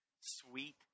sweet